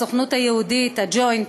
הסוכנות היהודית וה"ג'וינט".